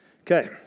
Okay